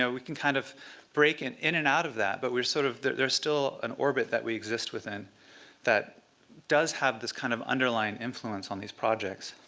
yeah we can kind of break and in and out of that, but sort of there's still an orbit that we exist within that does have this kind of underlying influence on these projects.